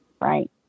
right